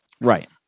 Right